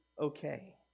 okay